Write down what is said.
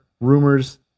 rumors